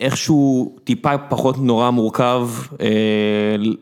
איכשהו, טיפה פחות נורא מורכב...